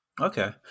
Okay